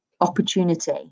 opportunity